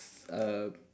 a